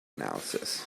analysis